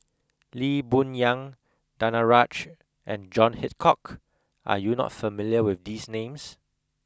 Lee Boon Yang Danaraj and John Hitchcock are you not familiar with these names